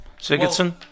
Sigurdsson